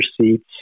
seats